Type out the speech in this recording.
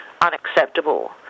unacceptable